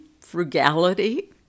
frugality